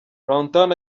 runtown